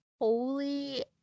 holy